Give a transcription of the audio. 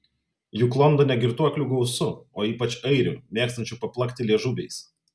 juk londone girtuoklių gausu o ypač airių mėgstančių paplakti liežuviais